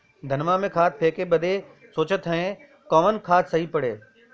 धनवा में खाद फेंके बदे सोचत हैन कवन खाद सही पड़े?